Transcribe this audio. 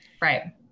Right